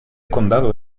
condado